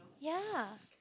ya